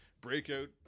Breakout